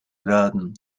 werden